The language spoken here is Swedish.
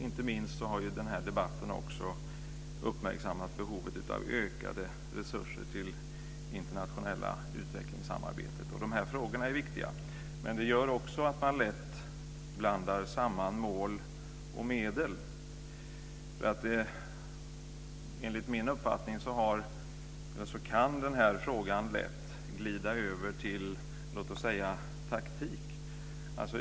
Inte minst har i den här debatten också uppmärksammats behovet av ökade resurser till det internationella utvecklingssamarbetet. Frågorna är viktiga. Men detta gör också att man lätt blandar samman mål och medel. Enligt min uppfattning kan denna fråga lätt glida över till - låt oss säga - taktik.